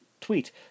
tweet